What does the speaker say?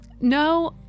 no